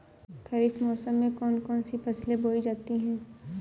खरीफ मौसम में कौन कौन सी फसलें बोई जाती हैं?